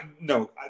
no